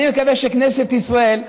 אני מקווה שכנסת ישראל,